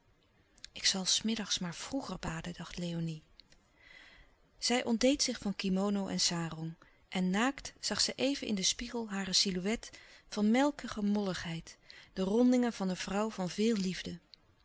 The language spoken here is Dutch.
ik zal s middags maar vroeger baden dacht léonie zij ontdeed zich van kimono en sarong en naakt zag zij even in den spiegel hare silhouet van melkige molligheid de rondingen van een vrouw van veel liefde